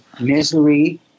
Misery